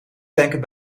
tanken